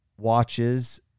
watches